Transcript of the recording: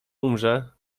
umrze